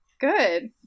good